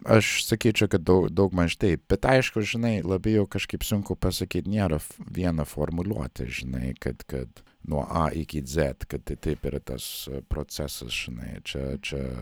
aš sakyčiau kad dau daugmaž taip bet aišku žinai labai jau kažkaip sunku pasakyt nėra viena formuluotė žinai kad kad nuo a iki dzet kad t taip yra tas procesas žinai čia čia